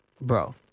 bro